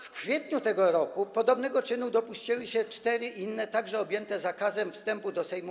W kwietniu tego roku podobnego czynu dopuściły się cztery inne osoby, także objęte zakazem wstępu do Sejmu.